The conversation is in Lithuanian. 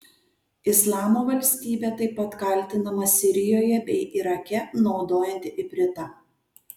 islamo valstybė taip pat kaltinama sirijoje bei irake naudojanti ipritą